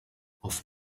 auf